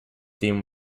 theme